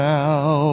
now